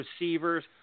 receivers